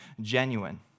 genuine